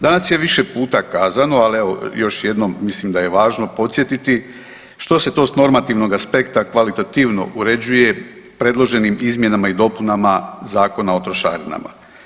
Danas je više puta kazano ali evo još jednom mislim da je važno podsjetiti što se to s normativnog aspekta kvalitativno uređuje predloženim izmjenama i dopunama Zakona o trošarinama.